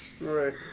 right